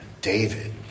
David